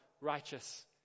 righteous